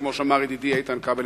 כמו שאמר ידידי איתן כבל,